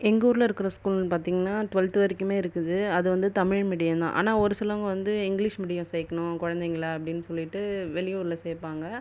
எங்க ஊரில் இருக்குகிற ஸ்கூல்னு பார்த்திங்கன்னா டுவேல்த்து வரைக்குமே இருக்குது அது வந்து தமிழ் மீடியம் தான் ஆனால் ஒரு சிலவங்க வந்து இங்லீஷ் மீடியம் சேர்க்கணும் குழந்தைங்கல அப்படின்னு சொல்லிட்டு வெளியூரில் சேர்ப்பாங்க